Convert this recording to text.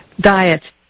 Diet